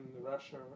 Russia